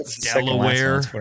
Delaware